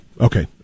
Okay